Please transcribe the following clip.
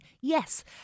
Yes